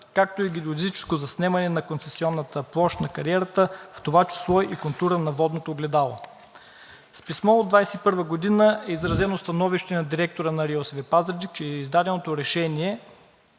както и геодезическо заснемане на концесионната площ на кариерата, в това число и контура на водното огледало. С писмо от 2021 г. е изразено становище на директора на РИОСВ – Пазарджик, че издаденото решение